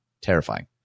terrifying